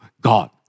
God